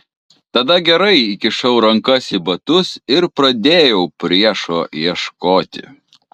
tada gerai įkišau rankas į batus ir pradėjau priešo ieškoti